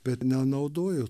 bet nenaudoju